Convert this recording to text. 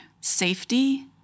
safety